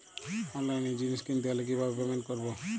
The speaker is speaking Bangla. অনলাইনে জিনিস কিনতে হলে কিভাবে পেমেন্ট করবো?